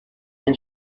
and